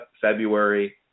February